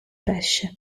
pesce